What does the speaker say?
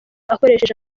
akoresheje